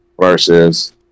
versus